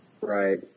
Right